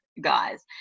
guys